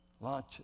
Launch